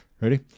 Ready